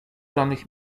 danych